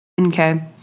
okay